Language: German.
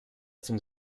zum